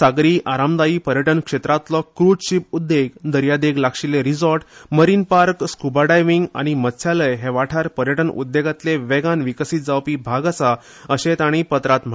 सागरी आरामदायी पर्यटन क्षेत्रातली क्रुझशीप उद्देग दर्या देगे लागशिल्ले resort marine park scuba diving आनी मत्सालय हे वाठार पर्यटन उद्देगातले वेगान विकसीत जावपी भाग आसा अशेंय ताणी पत्रात म्हळां